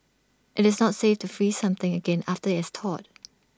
IT is not safe to freeze something again after it's thawed